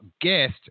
guest